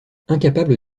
incapable